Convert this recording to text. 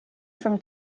from